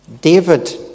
David